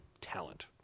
talent